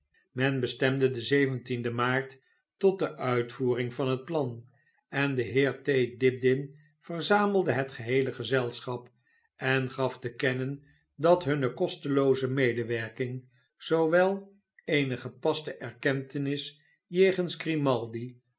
men bestemde den den maart tot de uitvoering van het plan en de heer t dibdin verzamelde het geheele gezelschap en gaf te kennen dat hunne kostelooze medewerking zoowel eene gepaste erkentenis jegens grimaldi